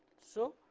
so,